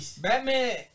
Batman